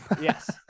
Yes